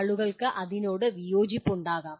ആളുകൾക്ക് അതിനോട് വിയോജിപ്പുണ്ടാകാം